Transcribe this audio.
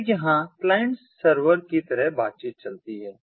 तो यहां client server की तरह बातचीत चलती है